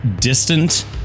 distant